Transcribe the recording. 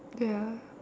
ya